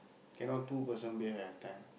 cannot two person bathe at a time